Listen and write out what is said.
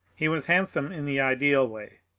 he was handsome in the ideal way.